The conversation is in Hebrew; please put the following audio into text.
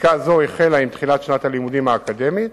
בדיקה זו החלה עם תחילת שנת הלימודים האקדמית